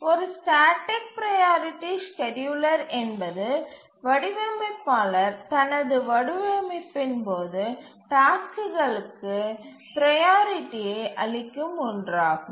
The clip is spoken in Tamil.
ஒரு ஸ்டேட்டிக் ப்ரையாரிட்டி ஸ்கேட்யூலர் என்பது வடிவமைப்பாளர் தனது வடிவமைப்பின் போது டாஸ்க்குகளுக்கு ப்ரையாரிட்டியை அளிக்கும் ஒன்றாகும்